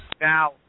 Now